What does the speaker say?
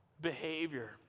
behavior